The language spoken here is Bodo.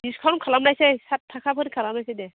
डिसकाउन्ट खालामनायसै साथ थाखाफोर खालामनोसै दे